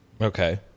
Okay